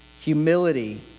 humility